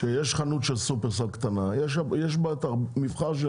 כשיש חנות קטנה של שופרסל יש בה מבחר של